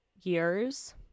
years